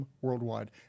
worldwide